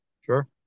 Sure